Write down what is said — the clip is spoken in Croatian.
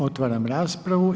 Otvaram raspravu.